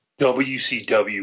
WCW